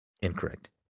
Incorrect